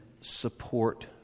support